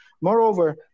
Moreover